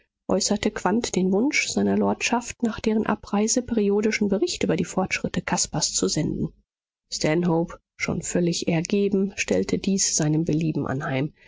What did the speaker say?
äußerte quandt den wunsch seiner lordschaft nach deren abreise periodischen bericht über die fortschritte caspars zu senden stanhope schon völlig ergeben stellte dies seinem belieben anheim